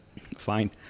Fine